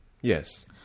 yes